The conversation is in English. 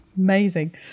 amazing